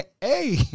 Hey